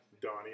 Donnie